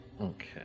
Okay